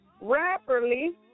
rapidly